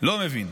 לא מבין.